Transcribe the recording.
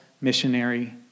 missionary